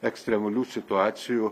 ekstremalių situacijų